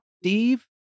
Steve